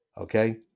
Okay